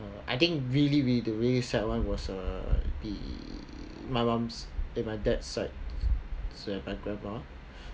I think really really sad one was uh be my mum's and my dad's side my grandma